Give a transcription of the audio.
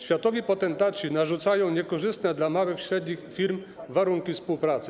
Światowi potentaci narzucają niekorzystne dla małych i średnich firm warunki współpracy.